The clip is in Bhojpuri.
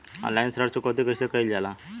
ऑनलाइन ऋण चुकौती कइसे कइसे कइल जाला?